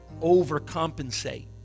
overcompensate